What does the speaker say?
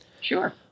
Sure